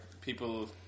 people